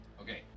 Okay